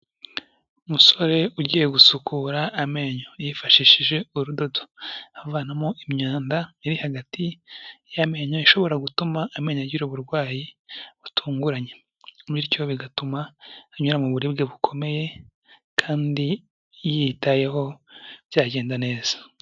Umusore ugiye gusukura amenyo yifashishije urudodo avanamo imyanda iri hagati y'amenyo, ishobora gutuma amenyo agira uburwayi butunguranye bityo bigatuma anyura mu buribwe bukomeye kandi yiyitayeho byagenda neza.